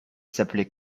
s’appelait